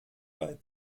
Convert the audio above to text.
bei